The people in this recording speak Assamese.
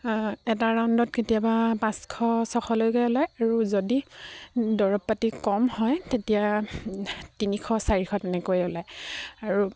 এটা ৰাউণ্ডত কেতিয়াবা পাঁচশ ছশলৈকে ওলায় আৰু যদি দৰৱ পাতি কম হয় তেতিয়া তিনিশ চাৰিশ তেনেকৈয়ে ওলায় আৰু